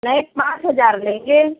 नहीं पाँच हज़ार लेंगे